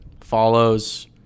follows